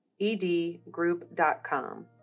edgroup.com